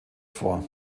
vor